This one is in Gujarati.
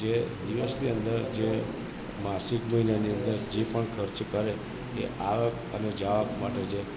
જે દિવસની અંદર જે માસિક મહીનાની અંદર જે પણ ખર્ચ કરે કે આવક અને જાવક માટે જે